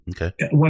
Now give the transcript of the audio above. Okay